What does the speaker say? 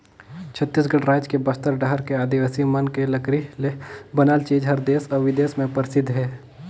छत्तीसगढ़ रायज के बस्तर डहर के आदिवासी मन के लकरी ले बनाल चीज हर देस अउ बिदेस में परसिद्ध हे